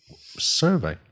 survey